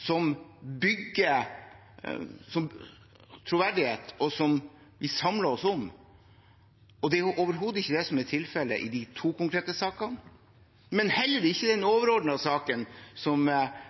som bygger troverdighet, og som vi samler oss om. Det er overhodet ikke det som er tilfellet i de to konkrete sakene, og heller ikke i den overordnede saken som